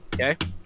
Okay